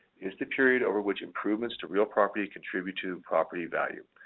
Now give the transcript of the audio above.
is the period over which improvements to real property contribute to property value.